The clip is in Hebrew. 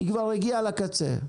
היא כבר הגיעה לקצה.